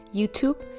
Youtube